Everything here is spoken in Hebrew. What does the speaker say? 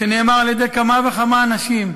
שנאמר על-ידי כמה וכמה אנשים: